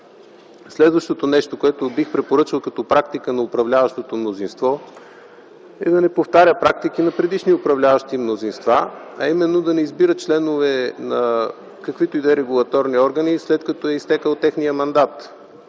Следващото нещо, което бих препоръчал като практика на управляващото мнозинство, е да не повтаря практики на предишни управляващи мнозинства, а именно да не избира членове на каквито и да е регулаторни органи, след като е изтекъл техният мандат.